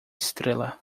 estrela